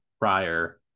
prior